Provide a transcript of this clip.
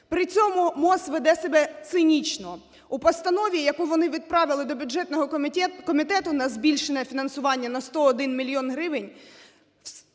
При цьому МОЗ веде себе цинічно. У постанові, яку вони відправили до бюджетного комітету на збільшене фінансування на 101 мільйон